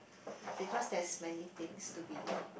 ya because there's many things to be